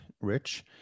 Rich